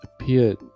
appeared